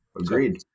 agreed